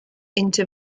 into